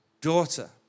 daughter